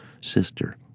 sister